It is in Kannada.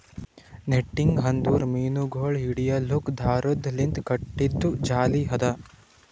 ನೆಟ್ಟಿಂಗ್ ಅಂದುರ್ ಮೀನಗೊಳ್ ಹಿಡಿಲುಕ್ ದಾರದ್ ಲಿಂತ್ ಕಟ್ಟಿದು ಜಾಲಿ ಅದಾ